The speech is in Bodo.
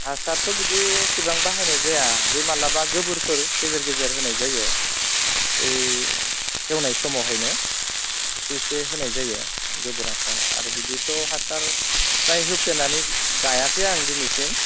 हासारथ' बिदि इसिबां बाहायनाय जाया बे माब्लाबा गोबोरफोर गेजेर गेजेर होनाय जायो बै एवनाय समावहायनो एसे एसे होनाय जायो गोबोर हासार आरो बिदिथ' हासार फ्राय होफैनानै गायाखै आं दिनैसिम